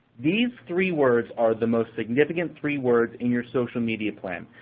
these three words are the most significant three words in your social media plan,